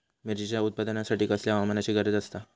मिरचीच्या उत्पादनासाठी कसल्या हवामानाची गरज आसता?